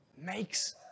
makes